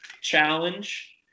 challenge